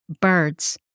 Birds